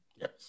Yes